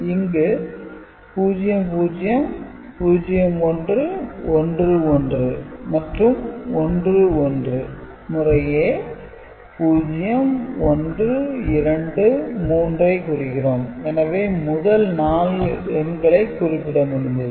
இங்கு 00 01 11 மற்றும் 10 முறையே 0 1 2 3 ஐ குறிக்கிறோம் எனவே முதல் 4 எண்களை குறிப்பிட முடிந்தது